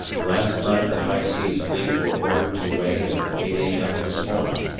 last night the high seas fleet were ordered to weigh at eight a m. this morning.